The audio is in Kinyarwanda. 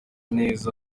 neza